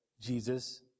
Jesus